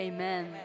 Amen